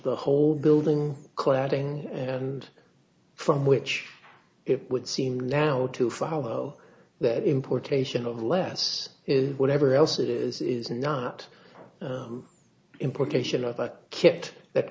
the whole building collapsing and from which it would seem now to follow the importation of less is whatever else it is is not implication of a kit that